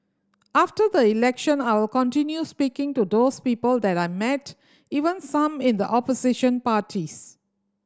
after the election I will continue speaking to those people that I met even some in the opposition parties